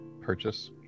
purchase